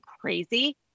crazy